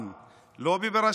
ועוד ועוד ועוד.